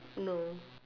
no